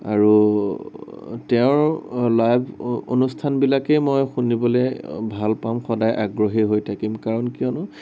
আৰু তেওঁৰ লাইভ অনুষ্ঠানবিলাকে মই শুনিবলে ভাল পাম সদায় আগ্ৰহী হৈ থাকিম কাৰণ কিয়নো